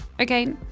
Okay